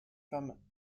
from